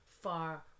far